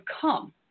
come